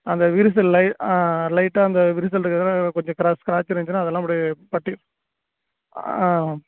அந்த விரிசல் லை லைட்டாக அந்த விரிசல் இருக்கிறது கொஞ்சம் க்ராஸ் ஸ்கிராச் இருந்துச்சுன்னால் அதெல்லாம் அப்படி பட்டி ஆ